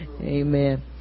Amen